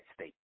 state